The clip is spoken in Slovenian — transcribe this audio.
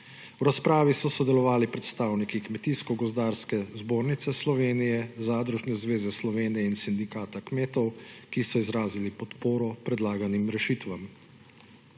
V razpravi so sodelovali predstavniki Kmetijsko gozdarske zbornice Slovenije, Zadružne zveze Slovenije in Sindikata kmetov, ki so izrazili podporo predlaganim rešitvam.